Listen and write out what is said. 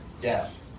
Death